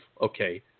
okay